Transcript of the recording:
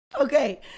Okay